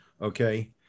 Okay